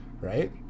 right